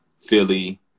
Philly